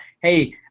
Hey